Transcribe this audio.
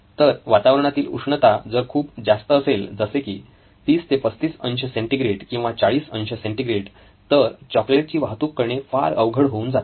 तर वातावरणातील उष्णता जर खूप जास्त असेल जसे की 30 ते 35 अंश सेंटिग्रेड किंवा 40 अंश सेंटिग्रेड तर चॉकलेट ची वाहतूक करणे फार अवघड होऊन जाते